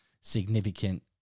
significant